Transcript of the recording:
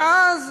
ואז